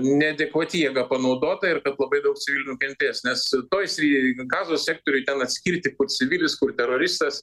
neadekvati jėga panaudota ir labai daug civilių nukentės nes toj sri gazos sektoriuj ten atskirti kur civilis kur teroristas